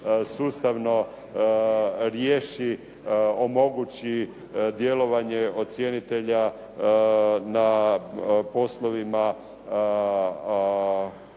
sustavno riješi, omogući djelovanje ocjenitelja na poslovima